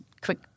quick